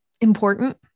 important